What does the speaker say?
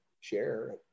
share